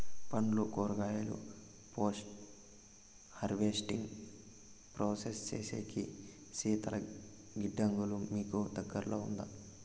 పండ్లు కూరగాయలు post harvesting process సేసేకి శీతల గిడ్డంగులు మీకు దగ్గర్లో ఉందా?